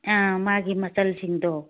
ꯑꯥ ꯃꯥꯒꯤ ꯃꯆꯜꯁꯤꯡꯗꯣ